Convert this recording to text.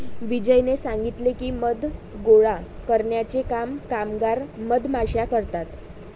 विजयने सांगितले की, मध गोळा करण्याचे काम कामगार मधमाश्या करतात